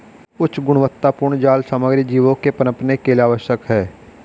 उच्च गुणवत्तापूर्ण जाल सामग्री जीवों के पनपने के लिए आवश्यक है